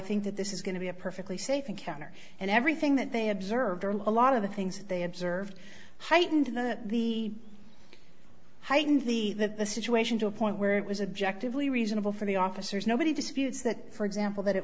think that this is going to be a perfectly safe encounter and everything that they observed a lot of the things they observed heightened the heightened the the situation to a point where it was objective lee reasonable for the officers nobody disputes that for example that it